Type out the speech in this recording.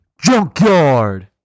Junkyard